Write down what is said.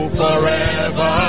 forever